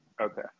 Okay